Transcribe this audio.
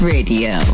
Radio